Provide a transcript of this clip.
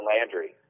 Landry